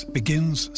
begins